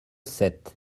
sept